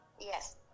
Yes